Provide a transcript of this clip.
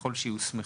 ככל שיוסמכו.